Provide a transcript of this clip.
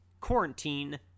quarantine